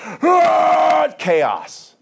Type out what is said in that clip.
Chaos